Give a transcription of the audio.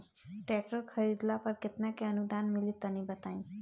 Tractor खरीदे पर कितना के अनुदान मिली तनि बताई?